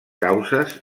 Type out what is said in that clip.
causes